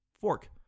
Fork